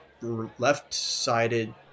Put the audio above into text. left-sided